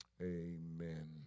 Amen